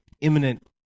imminent